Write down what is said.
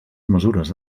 mesures